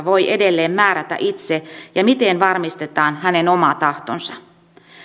voi edelleen määrätä itse ja miten varmistetaan hänen oma tahtonsa